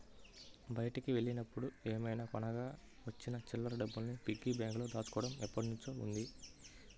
బయటికి వెళ్ళినప్పుడు ఏమైనా కొనగా వచ్చిన చిల్లర డబ్బుల్ని పిగ్గీ బ్యాంకులో దాచుకోడం ఎప్పట్నుంచో ఉంది